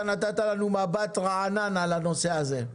אתה נתת לנו מבט רענן על הנושא הזה.